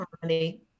harmony